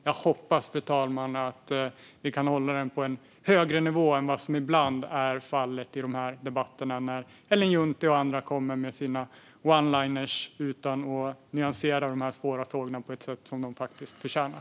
Jag hoppas, fru talman, att vi kan hålla den på en högre nivå än ibland är fallet i de debatterna när Ellen Juntti och andra kommer med sina oneliners utan att nyansera de här svåra frågorna på ett sätt som de förtjänar.